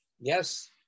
yes